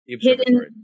hidden